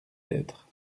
êtres